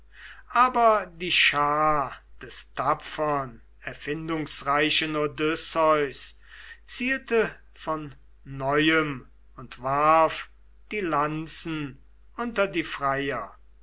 aber die schar des tapfern erfindungsreichen odysseus zielte von neuem und warf die lanzen unter die freier